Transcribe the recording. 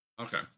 Okay